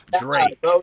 Drake